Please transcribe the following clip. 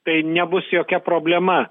tai nebus jokia problema